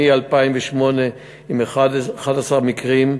מ-2008 עם 11 מקרים,